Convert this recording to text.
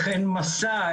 אין משא,